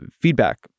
feedback